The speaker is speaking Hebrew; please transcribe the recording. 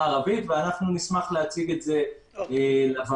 הערבית ונשמח להציג את זה לוועדה.